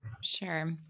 Sure